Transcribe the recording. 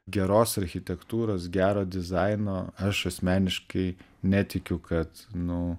geros architektūros gero dizaino aš asmeniškai netikiu kad nu